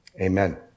amen